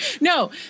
No